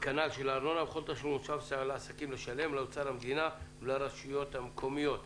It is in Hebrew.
וכנ"ל של הארנונה וכל התשלומים --- לאוצר המדינה ולרשויות המקומיות.